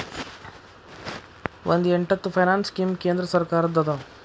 ಒಂದ್ ಎಂಟತ್ತು finance scam ಕೇಂದ್ರ ಸರ್ಕಾರದ್ದ ಅದಾವ